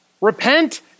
Repent